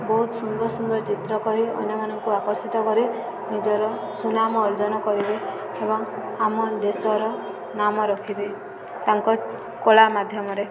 ବହୁତ ସୁନ୍ଦର ସୁନ୍ଦର ଚିତ୍ର କରି ଅନ୍ୟମାନଙ୍କୁ ଆକର୍ଷିତ କରିବେ ନିଜର ସୁନାମ ଅର୍ଜନ କରିବେ ଏବଂ ଆମ ଦେଶର ନାମ ରଖିବେ ତାଙ୍କ କଳା ମାଧ୍ୟମରେ